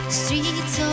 streets